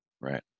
right